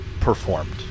performed